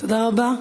תודה רבה.